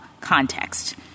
context